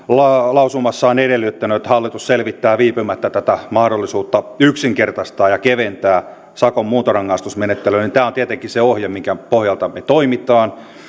lausumassaan edellyttänyt että hallitus selvittää viipymättä tätä mahdollisuutta yksinkertaistaa ja keventää sakon muuntorangaistusmenettelyä tämä on tietenkin se ohje minkä pohjalta me toimimme